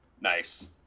Nice